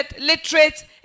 literate